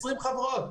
20 חברות.